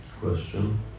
question